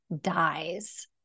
dies